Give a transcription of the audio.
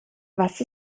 was